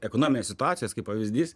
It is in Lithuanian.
ekonominės situacijos kaip pavyzdys